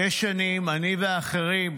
שש שנים אני ואחרים,